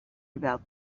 about